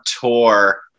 tour